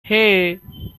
hey